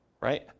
Right